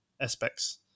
aspects